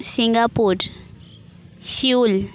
Singapore Seoul